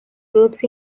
groups